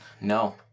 No